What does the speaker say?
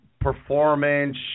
performance